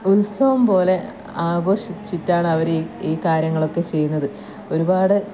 ഉത്സവം പോലെ ആഘോഷിച്ചിട്ടാണ് അവർ ഈ കാര്യങ്ങളൊക്കെ ചെയ്യുന്നത് ഒരുപാട്